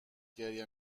گریه